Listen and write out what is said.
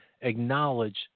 acknowledge